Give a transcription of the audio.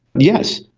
yes,